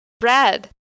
red